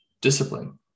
discipline